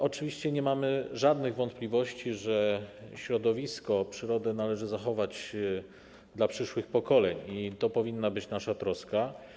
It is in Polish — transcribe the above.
Oczywiście nie mamy żadnych wątpliwości, że środowisko, przyrodę należy zachować dla przyszłych pokoleń i to powinna być nasza troska.